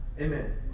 Amen